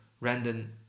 random